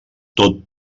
tot